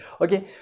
Okay